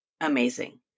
amazing